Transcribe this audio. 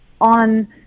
on